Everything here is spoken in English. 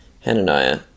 Hananiah